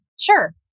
sure